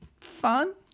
fun